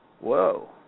Whoa